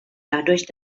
dadurch